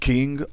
King